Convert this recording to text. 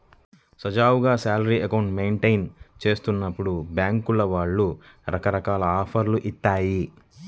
సజావుగా salary account maintain చేస్తున్నప్పుడు బ్యేంకుల వాళ్ళు రకరకాల ఆఫర్లను ఇత్తాయి